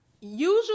Usually